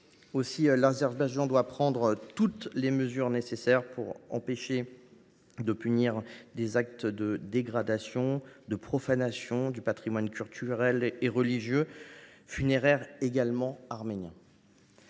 outre, l’Azerbaïdjan doit prendre toutes les mesures nécessaires pour empêcher et pour punir les actes de dégradation et de profanation du patrimoine culturel, religieux et funéraire arménien.